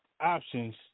options